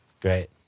Great